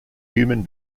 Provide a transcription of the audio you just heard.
human